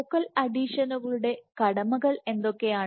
focal അഡിഷനുകളുടെ കടമകൾഎന്തൊക്കെയാണ്